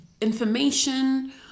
information